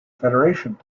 federation